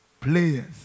players